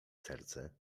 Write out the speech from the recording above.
serce